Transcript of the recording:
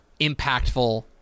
impactful